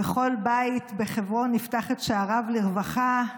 וכל בית בחברון יפתח את שעריו לרווחה.